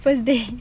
first day